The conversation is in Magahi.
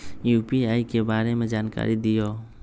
यू.पी.आई के बारे में जानकारी दियौ?